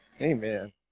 Amen